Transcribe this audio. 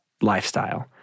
lifestyle